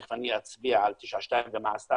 תיכף אני אצביע על 922 ומה עשתה,